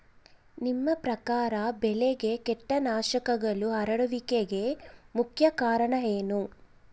ನಿಮ್ಮ ಪ್ರಕಾರ ಬೆಳೆಗೆ ಕೇಟನಾಶಕಗಳು ಹರಡುವಿಕೆಗೆ ಮುಖ್ಯ ಕಾರಣ ಏನು?